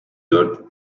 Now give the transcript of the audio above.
dört